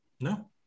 No